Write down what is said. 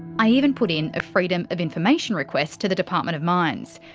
i even put in a freedom of information request to the department of mines.